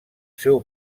seu